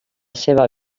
seva